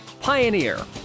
Pioneer